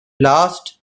last